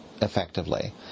effectively